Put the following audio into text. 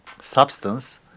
substance